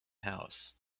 house